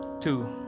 two